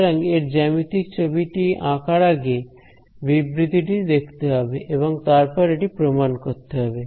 সুতরাং এর জ্যামিতিক ছবি টি আঁকার আগে এর বিবৃতি টি দেখতে হবে এবং তারপর এটি প্রমাণ করতে হবে